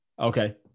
Okay